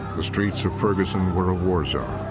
the streets of ferguson were a war zone.